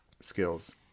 skills